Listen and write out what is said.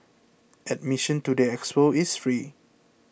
admission to the expo is free